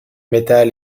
métal